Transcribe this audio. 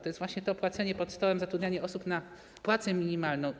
To jest właśnie to płacenie pod stołem, zatrudnianie osób za płacę minimalną.